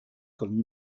comme